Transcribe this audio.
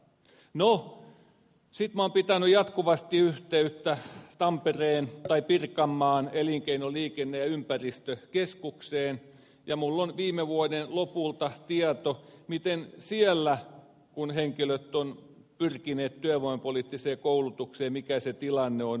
minä olen pitänyt jatkuvasti yhteyttä pirkanmaan elinkeino liikenne ja ympäristökeskukseen ja minulla on viime vuoden lopulta tieto mikä siellä kun henkilöt ovat pyrkineet työvoimapoliittiseen koulutukseen se tilanne on ollut